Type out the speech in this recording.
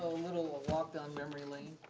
little walk down memory lane